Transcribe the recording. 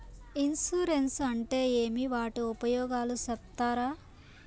Insurance అంటే ఏమి? వాటి ఉపయోగాలు సెప్తారా?